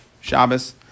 Shabbos